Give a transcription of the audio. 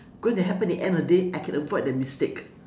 going to happening at the end of day I can avoid that mistake